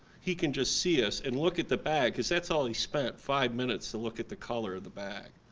he can just see us, and look at the bag, cause that's all he spent, five minutes to look at the color of the bag.